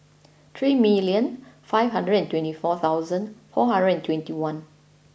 three million five hundred and twenty four thousand four hundred and twenty one